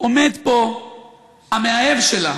עומד פה המאהב שלה,